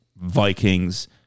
Vikings